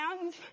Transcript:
hands